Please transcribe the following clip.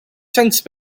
since